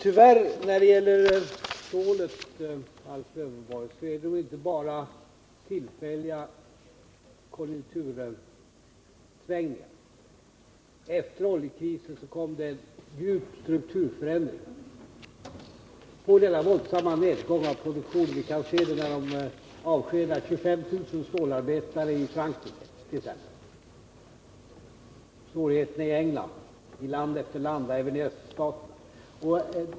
Herr talman! När det gäller stålet, Alf Lövenborg, är det tyvärr inte bara tillfälliga konjunktursvängningar. Efter oljekrisen kom en djupgående strukturförändring och hela denna våldsamma nedgång i produktionen — jag erinrar om att 25 000 stålarbetare avskedades i Frankrike t.ex., att det uppstod stora svårigheter i England och likadant i land efter land, även i Öststaterna.